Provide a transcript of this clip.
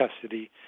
custody